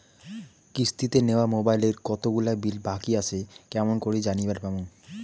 কিস্তিতে নেওয়া মোবাইলের কতোলা বিল বাকি আসে কেমন করি জানিবার পামু?